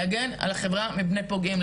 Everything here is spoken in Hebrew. להגן על החברה מפני פוגעים,